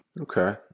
Okay